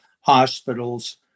hospitals